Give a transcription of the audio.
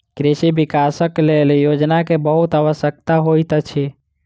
कृषि विकासक लेल योजना के बहुत आवश्यकता होइत अछि